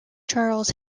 charles